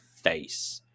face